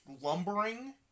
lumbering